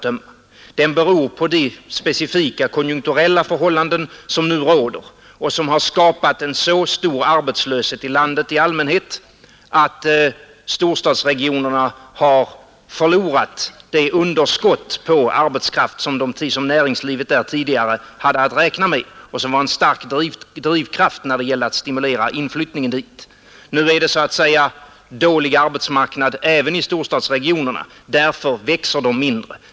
Den beror på de specifika konjunkturella förhållanden som nu råder och som skapat en så stor arbetslöshet i landet i allmänhet att storstadsregionerna har förlorat det underskott på arbetskraft som näringslivet där tidigare hade att räkna med och som var en stark drivkraft när det gällde att stimulera inflyttningen dit. Nu är det så att säga dålig arbetsmarknad även i storstadsregionerna. Därför växer dessa mindre.